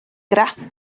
graff